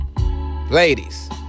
Ladies